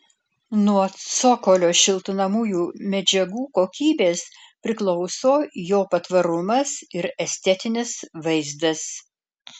nuo cokolio šiltinamųjų medžiagų kokybės priklauso jo patvarumas ir estetinis vaizdas